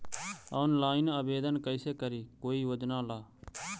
Online आवेदन कैसे करी कोई योजना ला?